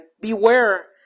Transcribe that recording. beware